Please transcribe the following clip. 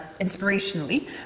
inspirationally